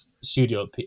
studio